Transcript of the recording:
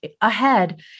ahead